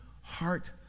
heart